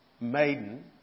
maiden